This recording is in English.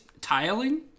tiling